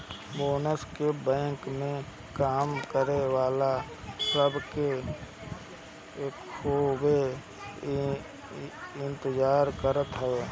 bonus के bank में काम करे वाला सब के खूबे इंतजार रहत हवे